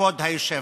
כבוד היושב-ראש.